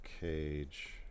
Cage